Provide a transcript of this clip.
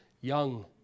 young